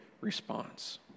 response